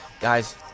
guys